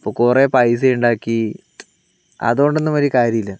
അപ്പോൾ കുറേ പൈസ ഉണ്ടാക്കി അതുകൊണ്ടൊന്നും ഒരു കാര്യവുമില്ല